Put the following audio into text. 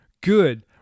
good